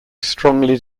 strongly